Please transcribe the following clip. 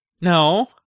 No